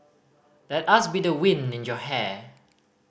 let us be the wind in your hair